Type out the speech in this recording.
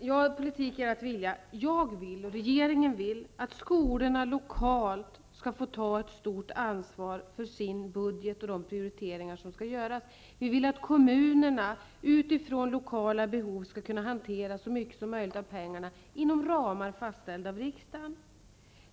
Fru talman! Politik är att vilja, det stämmer. Jag vill, och regeringen vill, att skolorna lokalt skall få ta ett stort ansvar för sin budget och de prioriteringar som skall göras. Vi vill att kommunerna utifrån lokala behov skall hantera så mycket som möjligt av pengarna inom ramar frastställda av riksdagen.